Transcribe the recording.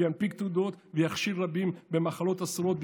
וינפיק תעודות ויכשיל רבים במאכלות אסורות,